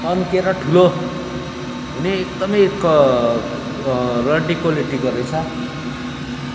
तन्केर ठुलो हुने एकदमै क रड्डी क्वालिटीको रहेछ